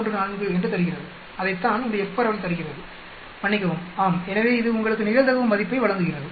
10914 என்று தருகிறது அதைத்தான் இந்த F பரவல் தருகிறது மன்னிக்கவும் ஆம் எனவே இது உங்களுக்கு நிகழ்தகவு மதிப்பை வழங்குகிறது